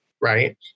right